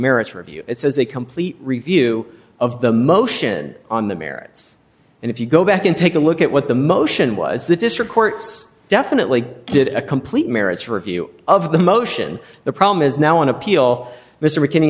merits review it says a complete review of the motion on the merits and if you go back and take a look at what the motion was the district courts definitely did a complete merits review of the motion the problem is now on appeal mr mckinney